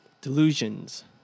Delusions